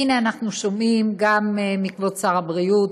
הינה אנחנו שומעים גם מכבוד שר הבריאות,